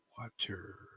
water